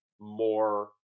more